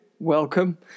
Welcome